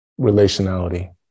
relationality